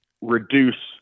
reduce